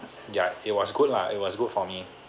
yeah it was good lah it was good for me